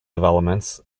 developments